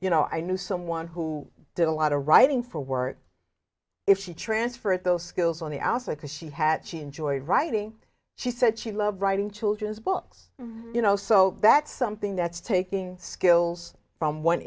you know i knew someone who did a lot of writing for work if she transferred those skills on the outside because she had she enjoyed writing she said she loved writing children's books you know so that's something that's taking skills from one